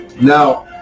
Now